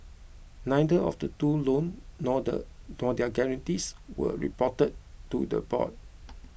neither of the two loan nor the nor their guarantees were reported to the board